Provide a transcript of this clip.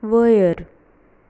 वयर